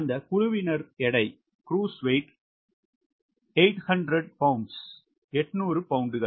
அந்த குழுவினர் எடை 800 பவுண்டுகள்